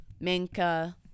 Minka